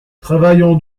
travaillons